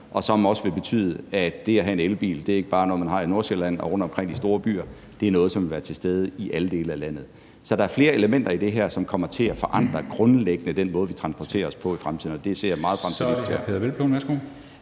og som også vil betyde, at det at have en elbil ikke bare er noget, man har i Nordsjælland og rundtomkring i de store byer, men at det er noget, som vil være til stede i alle dele af landet. Så der er flere elementer i det her, som grundlæggende kommer til at forandre den måde, vi transporterer os på i fremtiden, og det ser jeg meget frem til at diskutere. Kl.